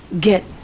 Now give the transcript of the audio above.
get